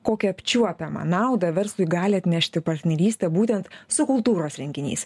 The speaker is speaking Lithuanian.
kokią apčiuopiamą naudą verslui gali atnešti partnerystė būtent su kultūros renginiais